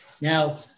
Now